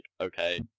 okay